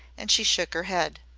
and she shook her head.